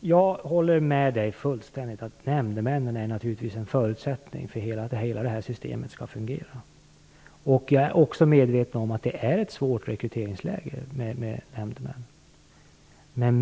Jag håller fullständigt med om att nämndemännen är en förutsättning för att hela det här systemet skall fungera. Jag är också medveten om att det är ett svårt rekryteringsläge för nämndemän.